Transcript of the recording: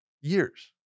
Years